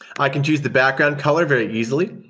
i can choose the background color very easily.